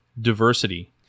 diversity